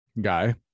guy